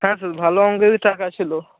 হ্যাঁ স্যার ভালো অঙ্কেরই টাকা ছিল